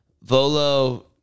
Volo